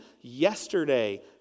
yesterday